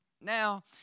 Now